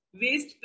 waste